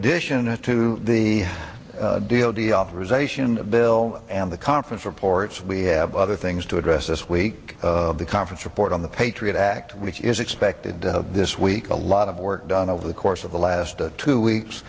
addition to the deal the authorization bill and the conference reports we have other things to address this week the conference report on the patriot act which is expected this week a lot of work done over the course of the last two weeks